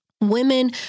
women